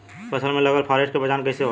फसल में लगल फारेस्ट के पहचान कइसे होला?